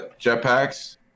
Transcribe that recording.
jetpacks